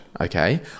okay